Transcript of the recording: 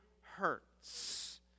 hurts